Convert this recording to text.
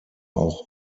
auch